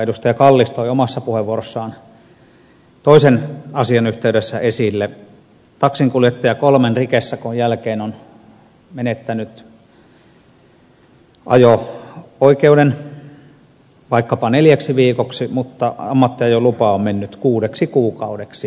kallis toi omassa puheenvuorossaan toisen asian yhteydessä esille taksinkuljettaja kolmen rikesakon jälkeen on menettänyt ajo oikeuden vaikkapa neljäksi viikoksi mutta ammattiajolupa on mennyt kuudeksi kuukaudeksi